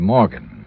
Morgan